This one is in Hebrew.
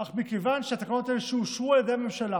אך מכיוון שהתקנות האלה, שאושרו על ידי הממשלה